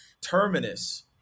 Terminus